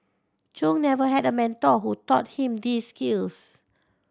Chung never had a mentor who taught him these skills